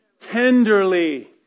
Tenderly